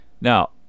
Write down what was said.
now